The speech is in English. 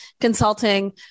consulting